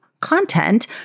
content